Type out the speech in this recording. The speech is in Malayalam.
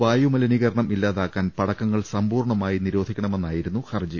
വായു മലിനീകരണം ഇല്ലാതാക്കാൻ പടക്കങ്ങൾ സമ്പൂർണമായി നിരോധിക്കണമെന്നായിരുന്നു ഹർജി